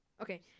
okay